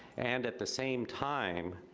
and at the same time,